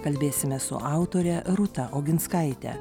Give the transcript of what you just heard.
kalbėsime su autore rūta oginskaite